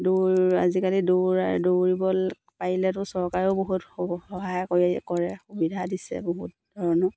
দৌৰ আজিকালি দৌৰা দৌৰিব পাৰিলেতো চৰকাৰেও বহুত স সহায় কৰি কৰে সুবিধা দিছে বহুত ধৰণৰ